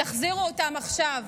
תחזירו אותם עכשיו.